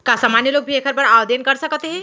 का सामान्य लोग भी एखर बर आवदेन कर सकत हे?